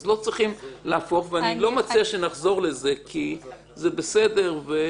אני לא מציע שנחזור לזה כי זה בסדר.